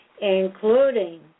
including